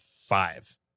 five